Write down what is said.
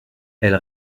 elle